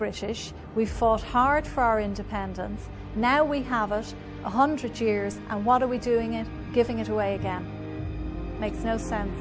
british we fought hard for our independence now we have us a one hundred years and what are we doing in giving it away again makes no sense